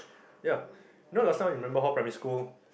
ya you know last time you remember how primary school